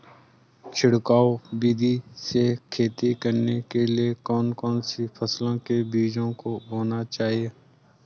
छिड़काव विधि से खेती करने के लिए कौन कौन सी फसलों के बीजों को बोना चाहिए?